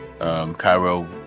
Cairo